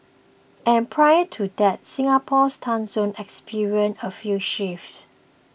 and prior to that Singapore's time zone experienced a few shifts